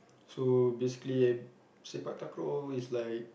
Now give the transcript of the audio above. so basically Sepak-Takraw is like